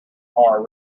are